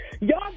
y'all